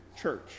church